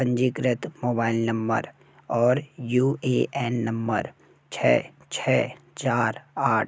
पंजीकृत mobile number और U A N number छः छः चार आठ